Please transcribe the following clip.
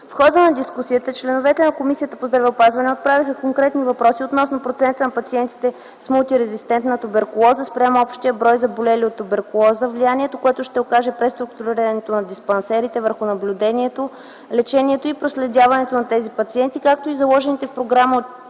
В хода на дискусията членовете на Комисията по здравеопазването отправиха конкретни въпроси относно процента на пациенти с мултирезистентна туберкулоза спрямо общия брой заболели от туберкулоза, влиянието, което ще окаже преструктурирането на диспансерите върху наблюдението, лечението и проследяването на тези пациенти, както и заложените в програмата